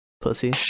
Pussy